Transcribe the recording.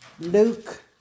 Luke